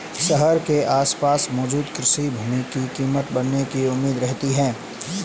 शहर के आसपास मौजूद कृषि भूमि की कीमत बढ़ने की उम्मीद रहती है